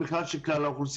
בכלל של כלל האוכלוסייה.